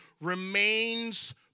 remains